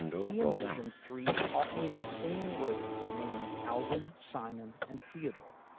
he envisioned three talking, singing rodents named alvin, simon and theodore,